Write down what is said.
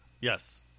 Yes